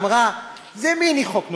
אמרה: זה מיני חוק נורבגי.